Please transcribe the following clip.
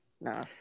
No